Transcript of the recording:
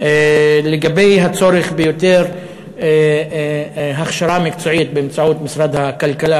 לגבי הצורך ביותר הכשרה מקצועית באמצעות משרד הכלכלה,